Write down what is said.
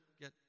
get